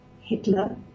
Hitler